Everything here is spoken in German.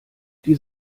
die